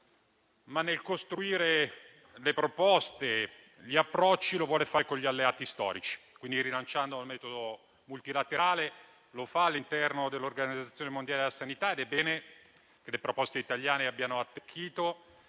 intende costruire le proposte e gli approcci con gli alleati storici. Pertanto, rilanciando il metodo multilaterale, lo fa all'interno dell'Organizzazione mondiale della sanità. È bene che le proposte italiane abbiano attecchito